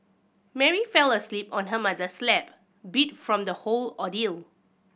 Mary fell asleep on her mother's lap beat from the whole ordeal